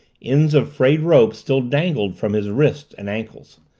ends of frayed rope still dangled from his wrists and ankles.